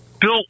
bill